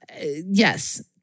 Yes